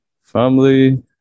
family